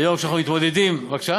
היום, כשאנחנו מתמודדים, אתם תומכים?